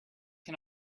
can